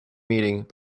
meeting